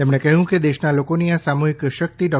તેમણે કહ્યું કે દેશના લોકોની આ સામૂહીક શક્તિ ડો